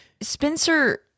Spencer